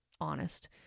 honest